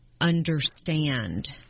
Understand